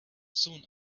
soon